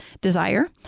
desire